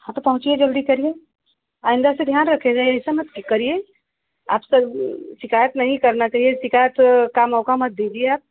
हाँ तो पहुँचिए जल्दी से आइन्दा से ध्यान रखिएगा ऐसा मत करिए आप से शिकायत नहीं करना चाहिए शिकायत का मौक़ा मत दीजिए आप